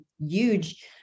huge